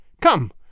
Come